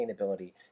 sustainability